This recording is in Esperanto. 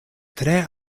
tre